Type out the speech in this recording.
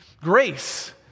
grace